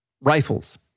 rifles